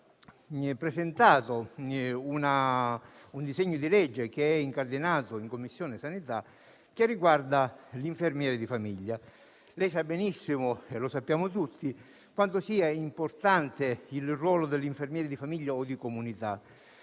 avevo presentato un disegno di legge, che è incardinato in Commissione sanità, riguardante la figura dell'infermiere di famiglia. Lei sa benissimo, e lo sappiamo tutti, quanto sia importante il ruolo dell'infermiere di famiglia o di comunità.